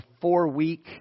four-week